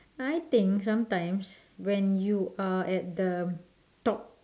I think sometimes when you are at the top